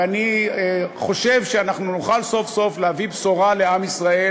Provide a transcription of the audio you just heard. ואני חושב שאנחנו נוכל סוף-סוף להביא בשורה לעם ישראל